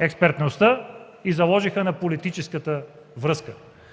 експертността и заложиха на политическата връзка.